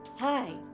Hi